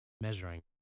measuring